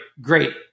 great